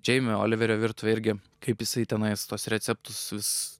džeimio oliverio virtuvė irgi kaip jisai tenais tuos receptus vis